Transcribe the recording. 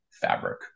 fabric